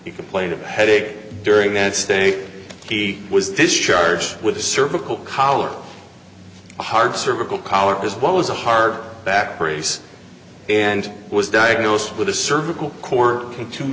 you complained of headache during that stay he was this charge with a cervical collar hard cervical collar is what was a hard back brace and was diagnosed with a cervical co